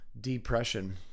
depression